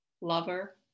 lover